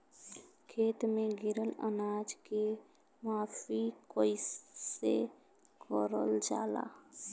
खेत में गिरल अनाज के माफ़ी कईसे करल जाला?